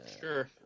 Sure